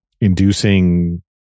inducing